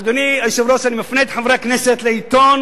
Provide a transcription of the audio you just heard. אדוני היושב-ראש, אני מפנה את חברי הכנסת לעיתון